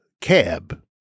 cab